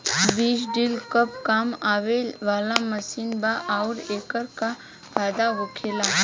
बीज ड्रील कब काम आवे वाला मशीन बा आऊर एकर का फायदा होखेला?